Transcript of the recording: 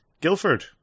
Guildford